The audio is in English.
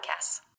podcasts